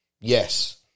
Yes